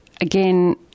again